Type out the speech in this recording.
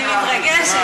אני מתרגשת.